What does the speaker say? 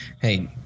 hey